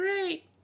great